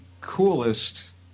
coolest